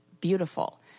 beautiful